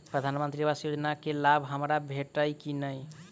प्रधानमंत्री आवास योजना केँ लाभ हमरा भेटतय की नहि?